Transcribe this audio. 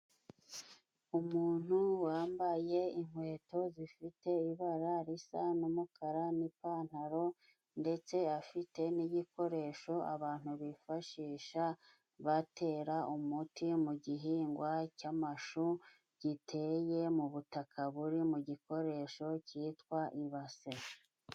Umuntu wambaye inkweto zifite ibara risa n'umukara n'ipantaro, ndetse afite n'igikoresho abantu bifashisha batera umuti mu gihingwa cy'amashu, giteye mu butaka buri mu gikoresho cyitwa ibase.